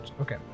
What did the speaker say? okay